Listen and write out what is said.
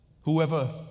whoever